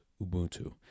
ubuntu